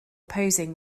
posing